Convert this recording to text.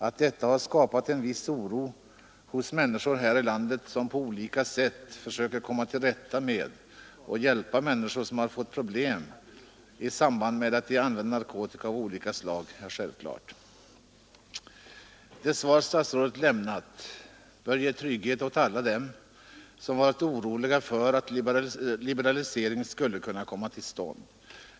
Att detta har skapat en viss oro hos dem här i landet, som på olika sätt försöker komma till rätta med och hjälpa människor som har fått problem i samband med att de använder narkotika av olika slag, är självklart. Det svar statsrådet lämnat bör ge trygghet åt alla dem som varit oroliga för att liberalisering skulle kunna komma till stånd.